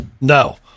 no